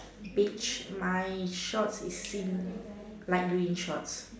beach my shorts it seem light green shorts